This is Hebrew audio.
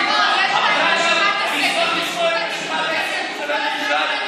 את רשימת ההישגים של אלי ישי,